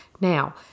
Now